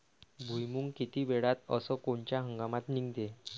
भुईमुंग किती वेळात अस कोनच्या हंगामात निगते?